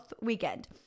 weekend